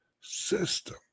system